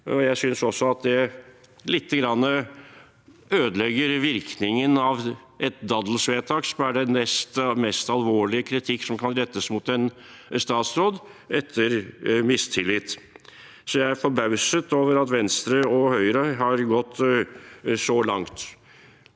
jeg synes også at det ødelegger lite grann virkningen av et daddelvedtak, som er den nest mest alvorlige kritikk som kan rettes mot en statsråd, etter mistillit. Jeg er forbauset over at Venstre og Høyre har gått så langt.